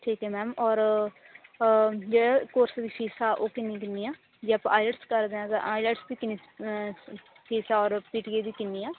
ਠੀਕ ਹੈ ਮੈਮ ਔਰ ਜਿਹੜੇ ਕੋਰਸ ਦੀ ਫ਼ੀਸ ਆ ਉਹ ਕਿੰਨੀ ਕਿੰਨੀ ਆ ਜੇ ਆਪਾਂ ਆਇਲਸ ਕਰਦੇ ਤਾਂ ਆਇਲਸ ਦੀ ਕਿੰਨੀ ਫ਼ੀਸ ਆ ਔਰ ਪੀ ਟੀ ਏ ਦੀ ਕਿੰਨੀ ਆ